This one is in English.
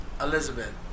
Elizabeth